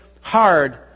hard